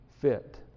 fit